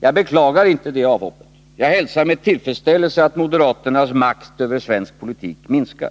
Jag beklagar inte det avhoppet. Jag hälsar med tillfredsställelse att moderaternas makt över svensk politik minskar.